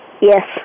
Yes